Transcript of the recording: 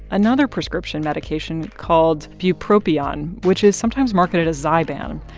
another prescription medication called bupropion, which is sometimes marketed as zyban,